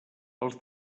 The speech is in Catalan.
els